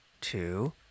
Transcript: two